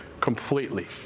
completely